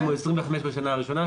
המקסימום 25 בשנה הראשונה,